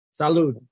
Salud